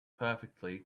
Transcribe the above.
perfectly